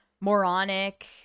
moronic